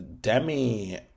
Demi